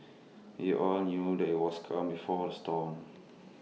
we all knew that IT was calm before the storm